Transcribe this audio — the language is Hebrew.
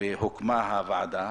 והוקמה הוועדה.